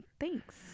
Thanks